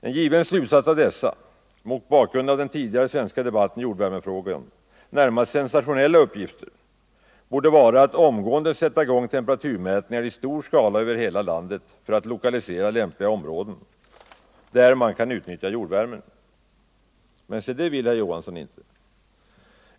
En given slutsats av dessa mot bakgrund = jordvärmen som av den tidigare svenska debatten i jordvärmefrågor närmast sensationella — energikälla uppgifter borde vara att omgående sätta i gång temperaturmätningar i stor skala över hela landet för att lokalisera lämpliga områden där man kan utnyttja jordvärmen. Men se det vill herr Johansson inte!